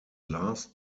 last